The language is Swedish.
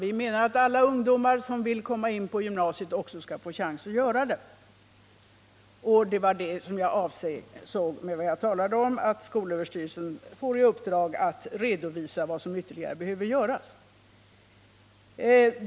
Vi menar att alla ungdomar som vill komma in på gymnasiet också skall få chans att göra det, och det var det jag avsåg med vad jag sade om att skolöverstyrelsen får i uppdrag att redovisa vad som ytterligare behöver göras.